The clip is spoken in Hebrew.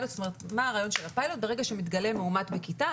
הרעיון של הפיילוט הוא שברגע שמתגלה מאומת בכיתה,